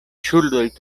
ŝuldoj